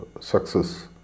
success